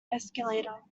escalator